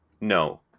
No